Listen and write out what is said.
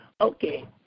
okay